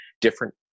different